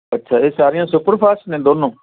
ਅੱਛਾ ਇਹ ਸਾਰੀਆਂ ਸੁਪਰਫਾਸਟ ਨੇ ਦੋਨੋਂ